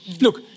Look